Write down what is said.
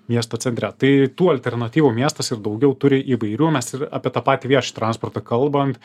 miesto centre tai tų alternatyvų miestas ir daugiau turi įvairių mes ir apie tą patį viešąjį transportą kalbant